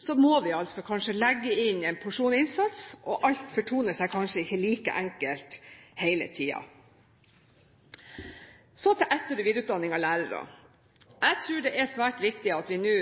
Så til etter- og videreutdanning av lærere. Jeg tror det er svært viktig at vi nå